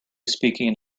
speaking